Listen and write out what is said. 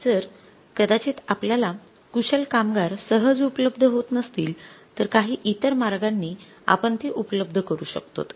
जर कदाचित आपल्याला कुशल कामगार सहज उपलब्ध होत नसतील तर काही इतर मार्गानी आपण ते उपलब्ध करू शकतोत